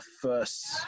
first